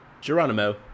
Geronimo